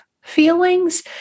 feelings